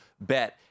bet